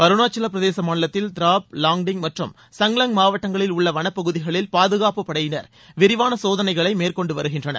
அருணாச்சவப்பிரதேச மாநிலத்தில் திராப் லாங்டிங் மற்றும் சங்லங் மாவட்டங்களில் உள்ள வனப்பகுதிகளில் பாதுகாப்புப் படையினர் விரிவான சோதனைகளை மேற்கொண்டு வருகின்றனர்